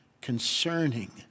concerning